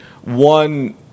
one